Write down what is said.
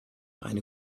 eine